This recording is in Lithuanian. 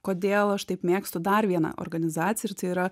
kodėl aš taip mėgstu dar vieną organizaciją ir tai yra